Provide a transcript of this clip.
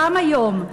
גם היום,